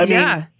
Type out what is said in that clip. ah yeah.